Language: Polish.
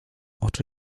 oczy